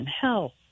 health